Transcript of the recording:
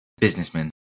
businessman